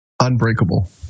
unbreakable